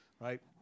right